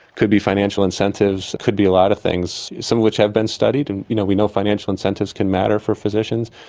could be financial incentives, could be a lot of things, some which have been studied, and you know, we know financial incentives can matter for physicians,